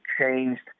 changed